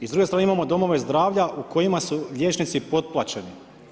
I s druge strane imamo Domove zdravlja, u kojima su liječnici potplaćeni.